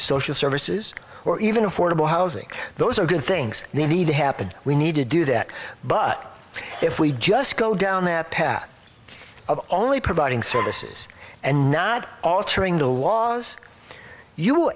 services or even affordable housing those are good things they need to happen we need to do that but if we just go down that path of only providing services and not altering the laws you